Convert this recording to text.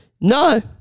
No